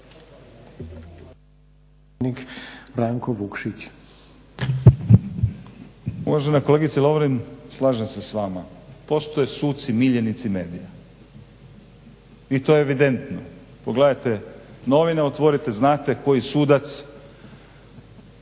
Uvažena kolegice Lovrin slažem se s vama, postoje suci miljenici medija i to je evidentno. Pogledajte novine, otvorite, znate koji sudac